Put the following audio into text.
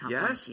Yes